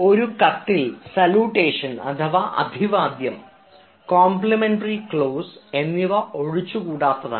ഒരു കത്തിൽ സലുടേഷൻ അഥവാ അഭിവാദ്യം കോംപ്ലിമെന്ററി ക്ലോസ് എന്നിവ ഒഴിച്ചുകൂടാനാവാത്തതാണ്